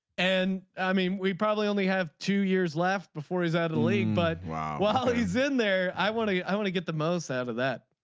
and i mean we probably only have two years left before his idling but while he's in there i want to yeah i want to get the most out of that.